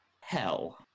Hell